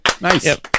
Nice